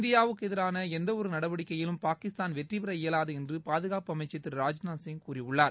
India வுக்கு எதிராள எந்த ஒரு நடவடிக்கையிலும் பாகிஸ்தான் வெற்றிபெற இயவாது என்று பாதுகாப்பு அமைச்சர் திரு ராஜ்நாத்சிங் கூறியுள்ளார்